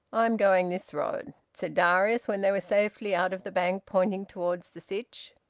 i'm going this road, said darius, when they were safely out of the bank, pointing towards the sytch.